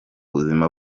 buzima